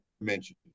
mentioned